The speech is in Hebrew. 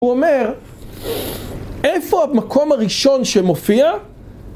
הוא אומר, איפה המקום הראשון שמופיע?